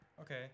Okay